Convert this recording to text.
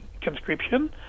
conscription